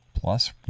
Plus